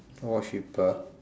or cheaper